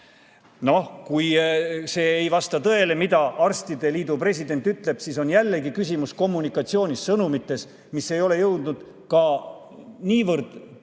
Kui see ei vasta tõele, mida arstide liidu president ütleb, siis on jällegi küsimus kommunikatsioonis, sõnumites, mis ei ole jõudnud ka niivõrd